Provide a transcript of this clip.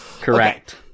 Correct